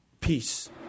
Peace